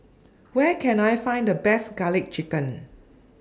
Where Can I Find The Best Garlic Chicken